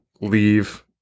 leave